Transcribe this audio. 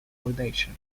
validation